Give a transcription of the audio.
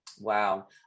Wow